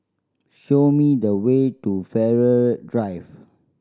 show me the way to Farrer Drive